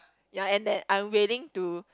ya and then I'm willing to